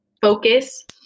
focus